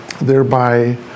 thereby